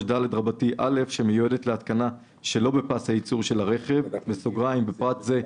83ד(א) שמיועדת להתקנה שלא בפס הייצור של הרכב (בפרט זה,